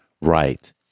right